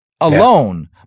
alone